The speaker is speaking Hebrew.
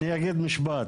אני אגיד משפט,